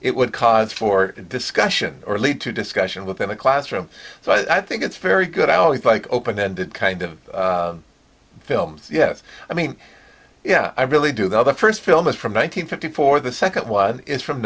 it would cause for discussion or lead to discussion within the classroom so i think it's very good i always like open ended kind of films yes i mean yeah i really do go the first film is from one nine hundred fifty four the second one is from